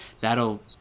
that'll